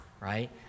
right